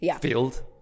field